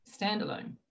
standalone